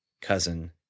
cousin